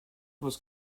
was